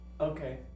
Okay